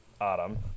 autumn